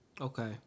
Okay